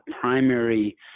primary